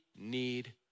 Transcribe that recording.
need